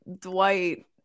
Dwight